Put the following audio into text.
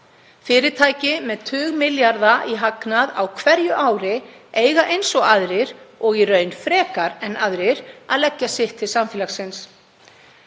Fyrirtæki með tugmilljarða í hagnað á hverju ári eiga eins og aðrir, og í raun frekar en aðrir, að leggja sitt til samfélagsins.